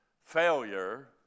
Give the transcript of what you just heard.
failure